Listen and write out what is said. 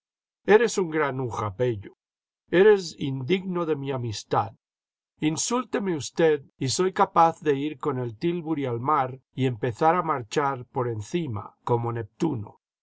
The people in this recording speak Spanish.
eres un granuja pello eres indigno de mi amistad insúlteme usted y soy capaz de ir con el tílburi al mar y empezar a marchar por encima como neptuno